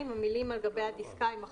המילים "על גבי הדסקה" יימחקו,